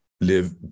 live